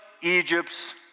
Egypt's